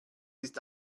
ist